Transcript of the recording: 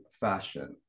fashion